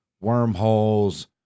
wormholes